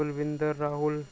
Kulbinder Rahul